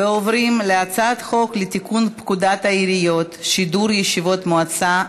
ועוברים להצעת חוק לתיקון פקודת העיריות (שידור ישיבות מועצה),